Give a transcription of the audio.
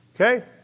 Okay